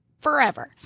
forever